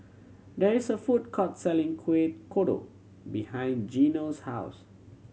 there is a food court selling Kueh Kodok behind Gino's house